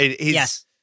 Yes